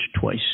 twice